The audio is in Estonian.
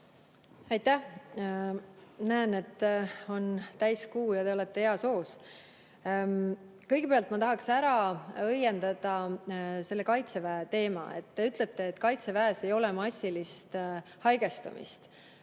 Aitäh! Näen, et on täiskuu ja te olete heas hoos. Kõigepealt ma tahaksin ära õiendada selle Kaitseväe teema. Te ütlete, et Kaitseväes ei ole massilist haigestumist.